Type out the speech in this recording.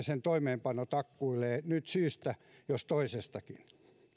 sen toimeenpano takkuilee nyt syystä jos toisestakin